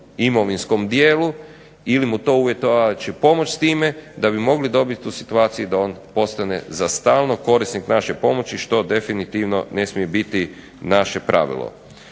imovinskom dijelu ili mu to uvjetovali da će pomoć s time da bi mogli dobit u situaciji da on postane za stalno korisnik naše pomoći što definitivno ne smije biti naše pravilo.